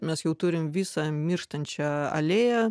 mes jau turim visą mirštančią alėją